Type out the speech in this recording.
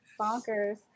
Bonkers